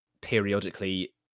periodically